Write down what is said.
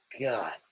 God